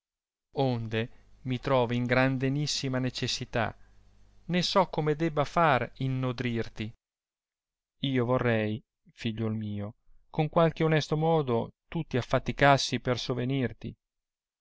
onde mi trovo in grandenissima necessità né so come debba far in nodrirti io vorrei figliuol mio con qualche onesto modo tu ti affaticassi per sovenirti